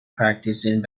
practicing